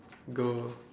good